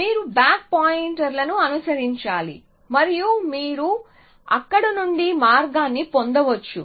మీరు బ్యాక్ పాయింటర్లను అనుసరించాలి మరియు మీరు అక్కడ నుండి మార్గాన్ని పొందవచ్చు